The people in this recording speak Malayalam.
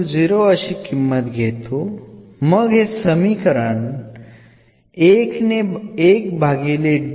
ലളിതമായി എന്ന ഒരു കേസ് നമുക്ക് പരിഗണിക്കാം